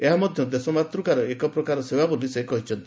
ଏହା ମଧ୍ୟ ଦେଶମାତୃକାର ଏକ ପ୍ରକାର ସେବା ବୋଲି ସେ କହିଚ୍ଛନ୍ତି